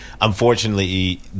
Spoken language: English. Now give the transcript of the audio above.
Unfortunately